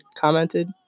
commented